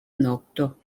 nokto